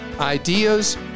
ideas